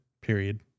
Period